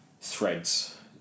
threads